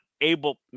able